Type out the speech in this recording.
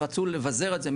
רצו לבזר את זה,